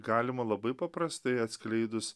galima labai paprastai atskleidus